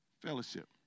Fellowship